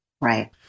Right